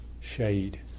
shade